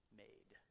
made